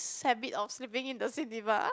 habit of sleeping in the cinema